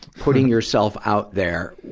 putting yourself out there,